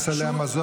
ובעניין סלי המזון,